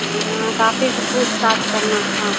हाँ हाँ तो आप ही से पूछताछ करना था